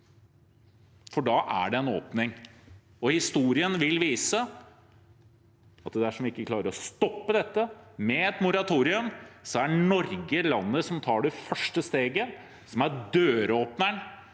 for da er det en åpning. Historien vil vise at dersom vi ikke klarer å stoppe dette med et moratorium, er Norge landet som tar det første steget og er døråpneren